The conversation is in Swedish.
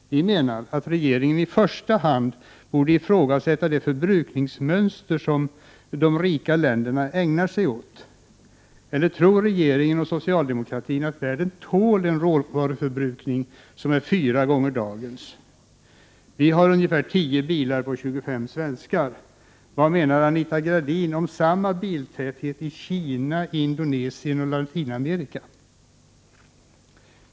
Vi menar att regeringen i första hand borde ifrågasätta de förbrukningsmönster som de rika länderna har, eller tror regeringen och socialdemokratin att världen tål en råvaruförbrukning som är fyra gånger högre än dagens? Vi har ungefär 10 bilar på 25 svenskar. Vad tror Anita Gradin om samma biltäthet i Kina, Indonesien och Latinamerika?